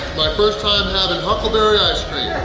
my first time having huckleberry ice cream!